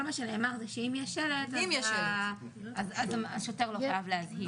כל מה שנאמר זה שאם יש שלט אז השוטר לא חייב להזהיר.